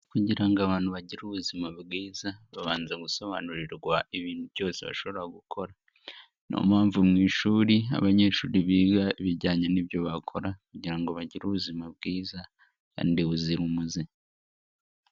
Kugira ngo abantu bagire ubuzima bwiza babanza gusobanurirwa ibintu byose bashobora gukora. Ni yo mpamvu mu ishuri abanyeshuri biga ibijyanye n'ibyo bakora kugira ngo bagire ubuzima bwiza kandi buzima umuze.